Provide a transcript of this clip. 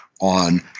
on